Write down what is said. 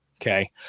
okay